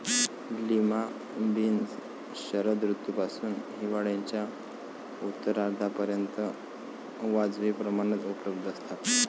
lima beans शरद ऋतूपासून हिवाळ्याच्या उत्तरार्धापर्यंत वाजवी प्रमाणात उपलब्ध असतात